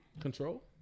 Control